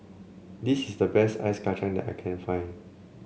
this is the best Ice Kachang that I can find